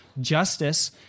justice